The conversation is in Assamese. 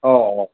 অঁ